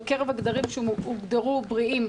בקרב אנשים שהוגדרו בריאים?